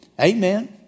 Amen